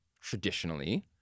traditionally